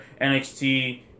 NXT